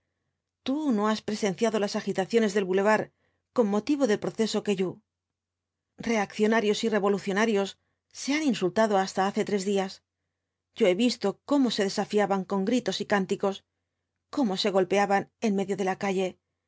tú no has presenciado las agitaciones del bulevar con motivo del proceso cailloux reaccionarios y revolucionarios se han insultado hasta hace tres días yo he visto cómo se desafiaban con gritos y cánticos cómo se golpeaban en medio de la calle